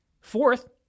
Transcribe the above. Fourth